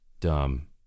Dumb